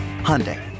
Hyundai